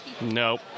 nope